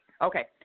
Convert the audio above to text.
Okay